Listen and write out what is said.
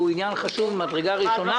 שהוא חשוב ממדרגה ראשונה,